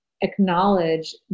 acknowledge